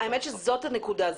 האמת היא שזאת הנקודה.